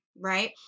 right